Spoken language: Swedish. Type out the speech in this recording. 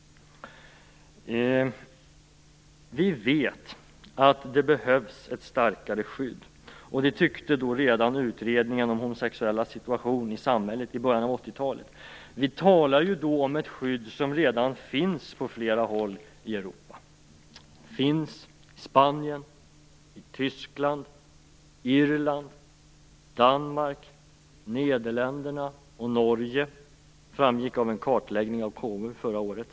Vi vet att det behövs ett starkare skydd. Det tyckte redan utredningen om homosexuellas situation i samhället i början av 80-talet. Vi talar om ett skydd som redan finns på flera håll i Europa. Det finns i Spanien, Tyskland, Irland, Danmark, Nederländerna och Norge. Det framgick av en kartläggning av KU förra året.